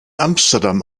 amsterdam